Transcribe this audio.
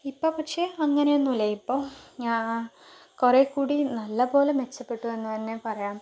ഇപ്പോൾ പക്ഷേ അങ്ങനെയൊന്നുമില്ല ഇപ്പോൾ ഞാ കുറേ കൂടി നല്ലപോലെ മെച്ചപ്പെട്ടു എന്ന് തന്നെ പറയാം